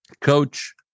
Coach